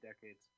decades